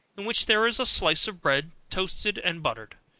in which there is a slice of bread toasted and buttered.